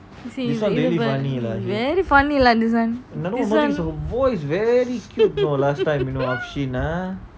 you see very funny lah this [one] this [one]